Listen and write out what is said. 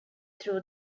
through